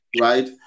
right